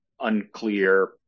unclear